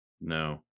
no